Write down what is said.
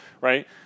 right